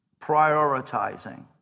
prioritizing